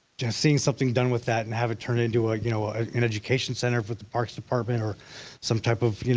seeing something done with that, and have it turned into ah you know ah an education center with the parks department, or some type of